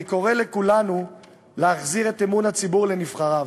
אני קורא לכולנו להחזיר את אמון הציבור בנבחריו.